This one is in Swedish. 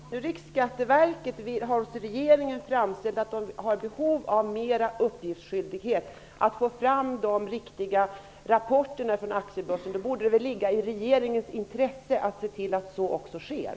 Herr talman! Riksskatteverket har till regeringen framställt att man har behov av en mer omfattande uppgiftsskyldighet, dvs. av att få fram de riktiga rapporterna från aktiebörsen. Då borde det väl ligga i regeringens intresse att se till att så också sker?